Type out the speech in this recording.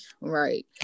Right